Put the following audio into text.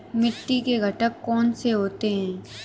मिट्टी के घटक कौन से होते हैं?